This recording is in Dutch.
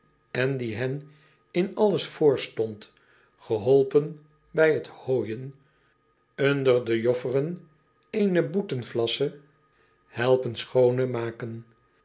en die hen in alles voorstond geholpen bij het hooijen unde der jofferen eenen boeten flassen vlas helpen schone maken